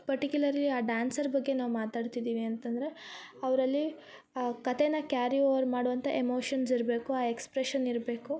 particularly ಆ dancer ಬಗ್ಗೆ ನಾವು ಮಾತಾಡ್ತಿದ್ದೀವಿ ಅಂತ ಅಂದ್ರೆ ಅವರಲ್ಲಿ ಆ ಕತೆನ ಕ್ಯಾರಿ ಓವರ್ ಮಾಡುವಂಥ ಎಮೋಷನ್ಸ್ ಇರಬೇಕು ಆ ಎಕ್ಸ್ಪ್ರೆಶನ್ ಇರಬೇಕು